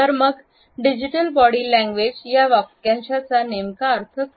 तर मग digital body language या वाक्यांशाचा नेमका अर्थ काय